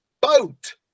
boat